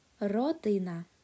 rodina